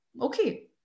Okay